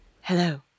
hello